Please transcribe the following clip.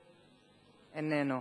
איננו,